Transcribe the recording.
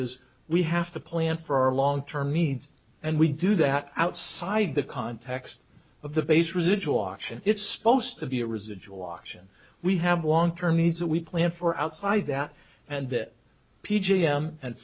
is we have to plan for our long term needs and we do that outside the context of the base residual auction it's supposed to be a residual auction we have long term needs that we plan for outside that and that p g m and